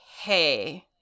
hey